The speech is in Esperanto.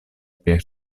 per